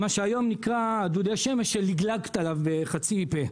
מה שהיום נקרא, דודי שמש, שלגלגת עליו בחצי פה.